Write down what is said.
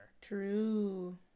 True